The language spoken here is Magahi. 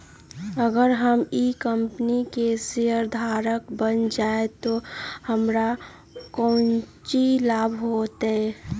अगर हम ई कंपनी के शेयरधारक बन जाऊ तो हमरा काउची लाभ हो तय?